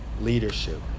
leadership